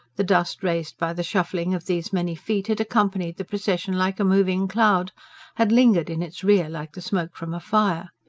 the dust raised by the shuffling of these many feet had accompanied the procession like a moving cloud had lingered in its rear like the smoke from a fire.